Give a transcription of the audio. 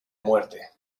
muerte